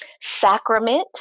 Sacrament